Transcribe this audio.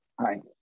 Hi